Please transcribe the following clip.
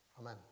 Amen